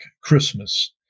Christmas